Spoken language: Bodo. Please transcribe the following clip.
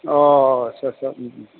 अ' आदसा सा